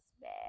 bad